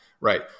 right